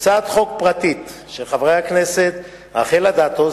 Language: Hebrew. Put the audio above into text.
הצעת חוק פרטית של חברי הכנסת רחל אדטו,